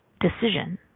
decision